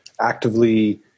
actively